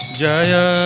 jaya